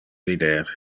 vider